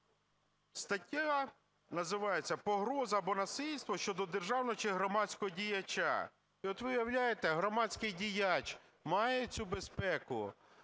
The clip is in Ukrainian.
стаття називається "Погроза або насильство щодо державного чи громадського діяча". І от ви уявляєте, громадський діяч має цю безпеку,